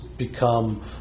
become